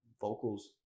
vocals